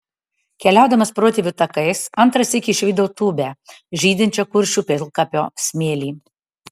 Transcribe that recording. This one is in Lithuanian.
keliaudamas protėvių takais antrąsyk išvydau tūbę žydinčią kuršių pilkapio smėly